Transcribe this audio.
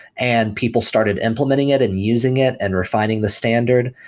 and people started implementing it and using it and refining the standard.